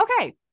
Okay